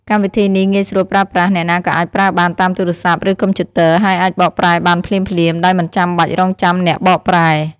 កម្មវិធីនេះងាយស្រួលប្រើប្រាស់ អ្នកណាក៏អាចប្រើបានតាមទូរសព្ទ ឬកុំព្យូទ័រ ហើយអាចបកប្រែបានភ្លាមៗ ដោយមិនចាំបាច់រង់ចាំអ្នកបកប្រែ។